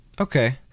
Okay